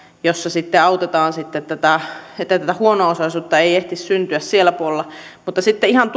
jossa sitten autetaan että tätä huono osaisuutta ei ehtisi syntyä sillä puolella mutta sitten ihan